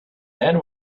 then